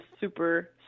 super